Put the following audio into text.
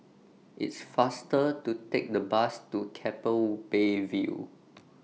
IT IS faster to Take The Bus to Keppel Bay View